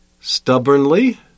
stubbornly